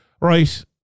Right